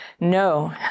No